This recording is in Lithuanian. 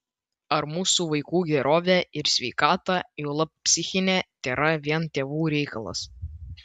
ar mūsų vaikų gerovė ir sveikata juolab psichinė tėra vien tėvų reikalas